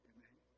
Amen